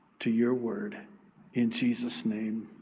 to your word in jesus name.